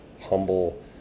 humble